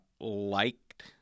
liked